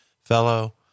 fellow